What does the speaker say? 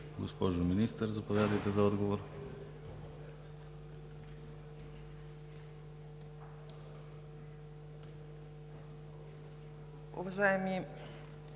Госпожо Министър, заповядайте за отговор.